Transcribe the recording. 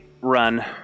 run